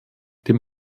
dem